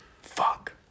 Fuck